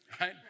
Right